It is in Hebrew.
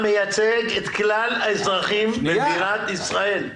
מייצג את כלל האזרחים במדינת ישראל.